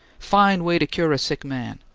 fine way to cure a sick man!